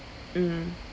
mm